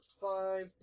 five